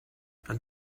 and